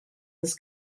his